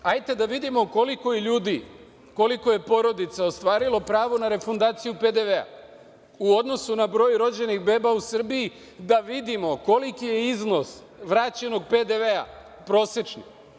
Hajte da vidimo koliko je ljudi, koliko je porodica ostvarilo pravo na refundaciju PDV-a u odnosu na broj rođenih bebe u Srbiji da vidimo koliki je iznos vraćenog PDV-a prosečno.